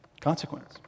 Consequence